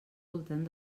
voltant